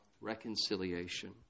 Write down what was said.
reconciliation